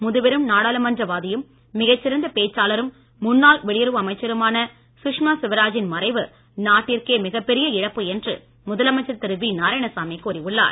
முதுபெரும் நாடாளுமன்ற வாதியும் மிகச் சிறந்த பேச்சாளரும் முன்னாள் வெளியுறவு அமைச்சருமான சுஷ்மா சுவராஜின் மறைவு நாட்டிற்கே மிகப்பெரிய இழப்பு என்று முதலமைச்சர் திரு வி நாராயணசாமி கூறியுள்ளார்